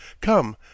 Come